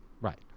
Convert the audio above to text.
Right